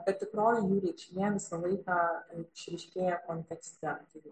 bet tikroji jų reikšmė visą laiką išryškėja kontekste taigi